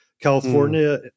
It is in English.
California